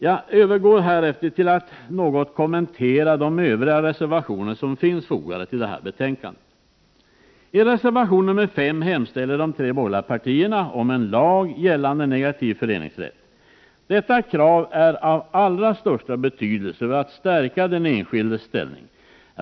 Jag övergår härefter till att något kommentera de övriga reservationer som finns fogade till detta betänkande. I reservation nr 5 hemställer de tre borgerliga partierna om en lag gällande negativ föreningsrätt. Detta krav är av allra största betydelse för att stärka den enskildes ställning.